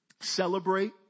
Celebrate